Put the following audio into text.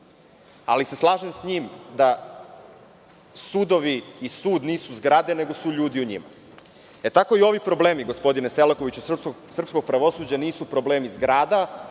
ali se slažem sa njim da sudovi i sud nisu zgrade nego su ljudi u njima. Tako i ovi problemi, gospodine Selakoviću, srpskog pravosuđa nisu problemi zgrada,